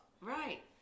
right